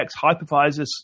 hypervisors